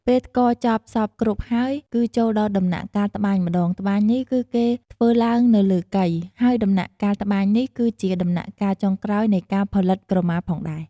ពេលថ្ករចប់សព្វគ្រប់ហើយគឺចូលដល់ដំណាក់កាលត្បាញម្តង ត្បាញនេះគឺគេធ្វើឡើងនៅលើកី ហើយដំណាក់កាលត្បាញនេះក៏ជាដំណាក់កាលចុងក្រោយនៃការផលិតក្រមាផងដែរ។